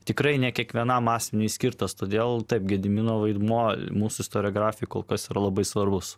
tikrai ne kiekvienam asmeniui skirtas todėl taip gedimino vaidmuo mūsų istoriografijai kol kas labai svarbus